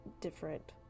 different